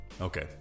Okay